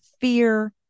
fear